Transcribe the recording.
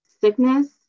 sickness